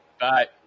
Bye